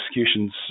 executions